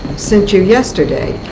sent you yesterday.